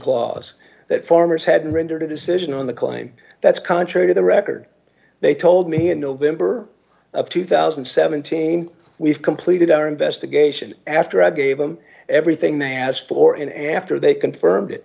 clause that farmers had rendered a decision on the climb that's contrary to the record they told me in november of two thousand and seventeen we've completed our investigation after i gave them everything they asked for and after they confirmed it